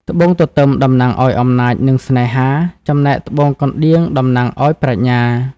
ត្បូងទទឹមតំណាងឱ្យអំណាច និងស្នេហា ចំណែកត្បូងកណ្ដៀងតំណាងឱ្យប្រាជ្ញា។